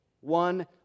One